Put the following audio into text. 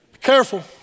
Careful